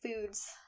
foods